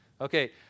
okay